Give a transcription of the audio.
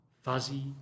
fuzzy